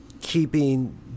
keeping